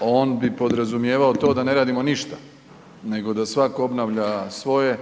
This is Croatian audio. on bi podrazumijevao to da ne radimo ništa nego da svako obnavlja svoje